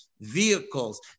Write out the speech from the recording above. vehicles